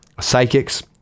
psychics